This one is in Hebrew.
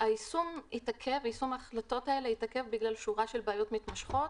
יישום ההחלטות האלה התעכב בגלל שורה של בעיות מתמשכות